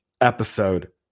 episode